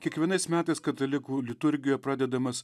kiekvienais metais katalikų liturgijoje pradedamas